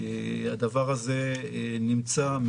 הדבר הזה נמצא,